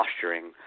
posturing